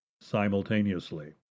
simultaneously